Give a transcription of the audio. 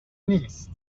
نیست